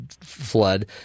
flood